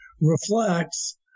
reflects